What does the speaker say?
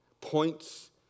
points